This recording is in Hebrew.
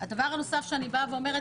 לכולם לא יכולה לקבל מימון מפלגתי,